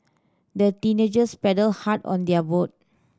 the teenagers paddled hard on their boat